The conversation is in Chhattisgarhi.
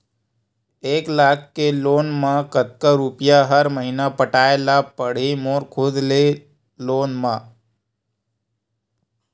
एक लाख के लोन मा कतका रुपिया हर महीना पटाय ला पढ़ही मोर खुद ले लोन मा?